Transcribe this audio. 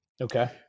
Okay